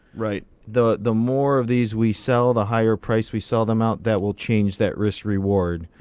right. the the more of these we sell, the higher price we sell them out, that will change that risk reward.